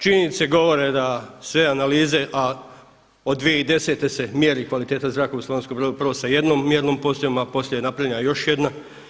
Činjenice govore da sve analize a od 2010. se mjeri kvaliteta zraka u Slavonskom Brodu, prvo sa jednom mjernom postajom a poslije je napravljena još jedna.